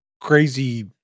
crazy